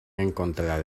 encontrar